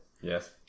Yes